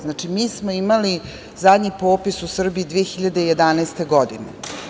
Znači, mi smo imali zadnji popis u Srbiji 2011. godine.